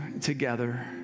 together